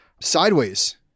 Sideways